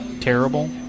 terrible